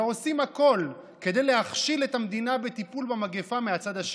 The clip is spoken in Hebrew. ועושים הכול כדי להכשיל את המדינה בטיפול במגפה מהצד השני: